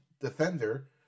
defender